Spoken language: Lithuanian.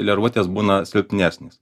lervutės būna silpnesnis